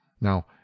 Now